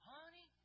Honey